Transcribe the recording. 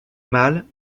mâle